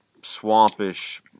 swampish